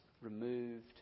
removed